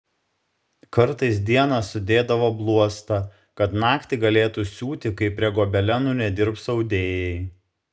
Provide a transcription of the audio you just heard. kartais dieną sudėdavo bluostą kad naktį galėtų siūti kai prie gobelenų nedirbs audėjai